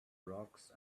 rocks